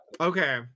Okay